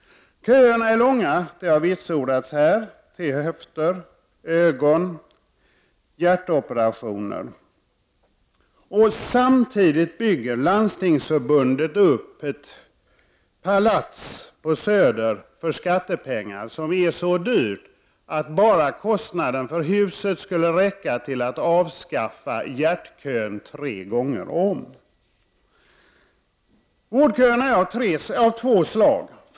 Köerna är långa — det har vitsordats — till höftleds-, ögonoch hjärtoperationer. Samtidigt bygger Landstingsförbundet för skattepengar på Söder ett palats, som är så dyrt att bara kostnaden för huset skulle räcka till att avskaffa hjärtoperationskön tre gånger om! Vårdköerna är av två slag.